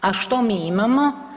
A što mi imamo?